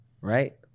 Right